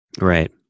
right